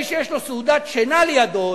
מי שיש לו סעודת דשנה לידו,